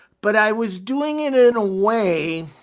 but i was doing it in a way